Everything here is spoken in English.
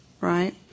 right